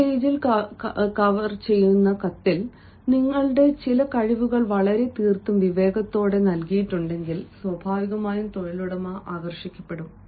ഒരു പേജിൽ കവർ ചെയ്യുന്ന കത്തിൽ നിങ്ങളുടെ ചില കഴിവുകൾ വളരെ തീർത്തും വിവേകത്തോടെയും നൽകിയിട്ടുണ്ടെങ്കിൽ സ്വാഭാവികമായും തൊഴിലുടമ ആകർഷിക്കപ്പെടും